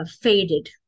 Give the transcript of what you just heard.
faded